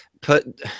put